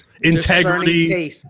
integrity